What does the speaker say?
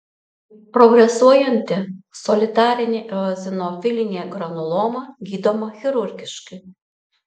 progresuojanti solitarinė eozinofilinė granuloma gydoma chirurgiškai